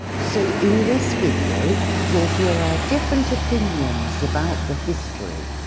so in this video you'll hear our different opinions about the history.